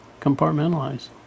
compartmentalize